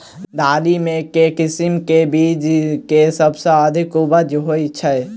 दालि मे केँ किसिम केँ बीज केँ सबसँ अधिक उपज होए छै?